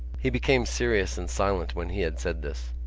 he became serious and silent when he had said this.